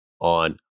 on